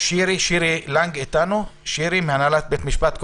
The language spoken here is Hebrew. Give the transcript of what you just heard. לנג מהנהלת בתי המשפט.